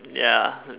ya